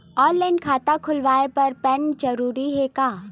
Online खाता खुलवाय बर पैन जरूरी हे का?